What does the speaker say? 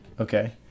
okay